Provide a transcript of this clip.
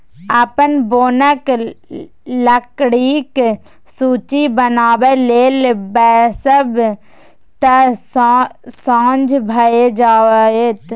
अपन बोनक लकड़ीक सूची बनाबय लेल बैसब तँ साझ भए जाएत